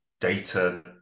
data